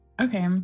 Okay